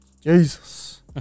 Jesus